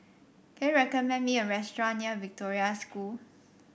can you recommend me a restaurant near Victoria School